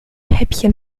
häppchen